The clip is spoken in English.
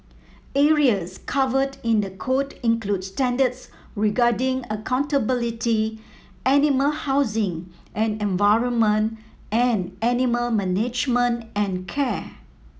areas covered in the code include standards regarding accountability animal housing and environment and animal management and care